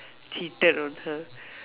cheated on her